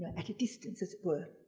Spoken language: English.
at a distance, as it were.